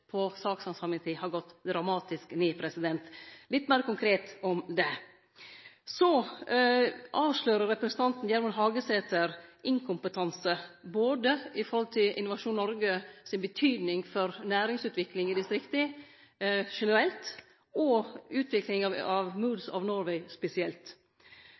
på sakshandsamingstid har gått dramatisk ned. Dette var litt meir konkret om det. Så avslører representanten Gjermund Hagesæter inkompetanse både når det gjeld Innovasjon Norge si betyding for næringsutviklinga i distrikta generelt, og når det gjeld utviklinga av Moods of Norway spesielt.